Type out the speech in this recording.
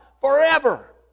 forever